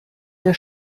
der